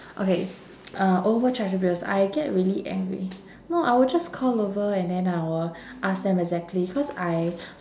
okay uh overcharged bills I get really angry no I will just call over and then I will ask them exactly cause I